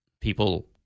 people